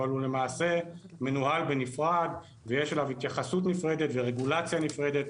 אבל הוא למעשה מנוהל בנפרד ויש עליו התייחסות נפרדת ורגולציה נפרדת